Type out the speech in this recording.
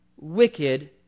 wicked